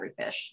Everyfish